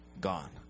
gone